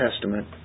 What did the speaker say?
Testament